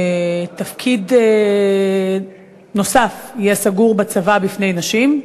שתפקיד נוסף יהיה סגור בצבא בפני נשים,